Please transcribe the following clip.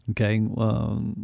Okay